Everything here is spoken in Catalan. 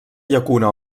llacuna